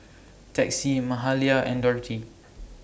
Texie Mahalia and Dorthey